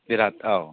बिरात औ